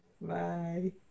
Bye